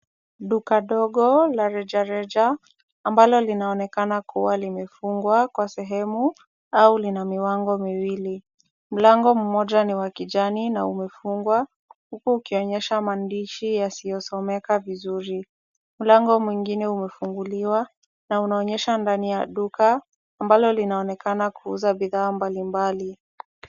Duka ndogo la rejareja, ambalo linaonekana kuwa limefungwa kwa sehemu au lina milango miwili. Mlango mmoja ni wa kijani na umefungwa, huku ukionyesha maandishi yasiyosomeka vizuri. Mlango mwingine umefunguliwa na unaonyesha ndani ya duka, ambalo linaonekana kuuza bidhaa mbalimbali.